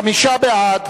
חמישה בעד,